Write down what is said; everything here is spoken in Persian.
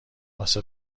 واسه